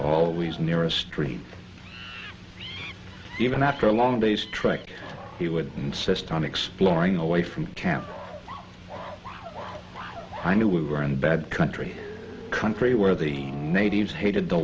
always near a street even after a long day's trek he would insist on exploring away from camp i knew we were in the bad country country where the natives hated the